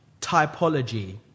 typology